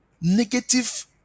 negative